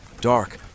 Dark